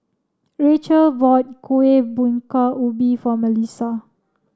Rachael bought Kuih Bingka Ubi for Melissa